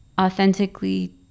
authentically